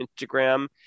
instagram